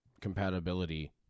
compatibility